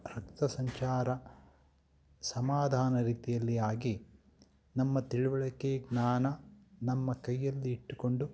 ರಕ್ತ ಸಂಚಾರ ಸಮಾಧಾನ ರೀತಿಯಲ್ಲಿ ಆಗಿ ನಮ್ಮ ತಿಳುವಳಿಕೆ ಜ್ಞಾನ ನಮ್ಮ ಕೈಯಲ್ಲಿಟ್ಟುಕೊಂಡು